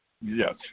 Yes